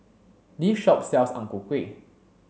this shop sells ang ku kueh